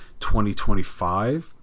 2025